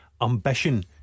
Ambition